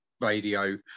radio